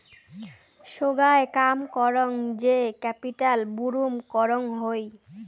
সোগায় কাম করং যে ক্যাপিটাল বুরুম করং হই